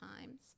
times